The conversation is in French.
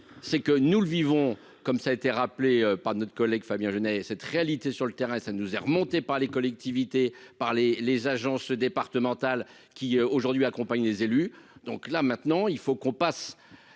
c'est que nous le vivons comme ça a été rappelé par notre collègue Fabien Genêt cette réalité sur le terrain, ça nous est remonté par les collectivités par les les agences départementales qui aujourd'hui accompagne les élus donc, là, maintenant il faut qu'on passe